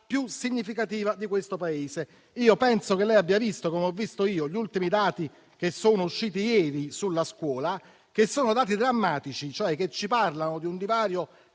più significativa di questo Paese. Io penso che lei abbia visto, come me, gli ultimi dati che sono usciti ieri sulla scuola, che sono drammatici perché parlano di un divario